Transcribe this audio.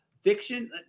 Fiction